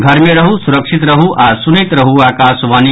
घर मे रहू सुरक्षित रहू आ सुनैत रहू आकाशवाणी